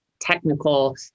technical